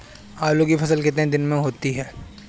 आलू की फसल कितने दिनों में होती है?